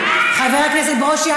חבר הכנסת ברושי,